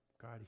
God